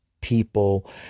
people